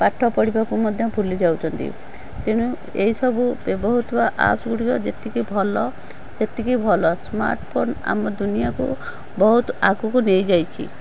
ପାଠ ପଢ଼ିବାକୁ ମଧ୍ୟ ଭୁଲି ଯାଉଛନ୍ତି ତେଣୁ ଏହିସବୁ ବ୍ୟବହୃତ ହେଉଥିବା ଆପ୍ସ ଗୁଡ଼ିକ ଯେତିକି ଭଲ ସେତିକି ଭଲ ସ୍ମାର୍ଟ ଫୋନ ଆମ ଦୁନିଆକୁ ବହୁତ ଆଗକୁ ନେଇ ଯାଇଛି